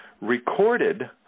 recorded